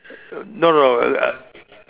no no no I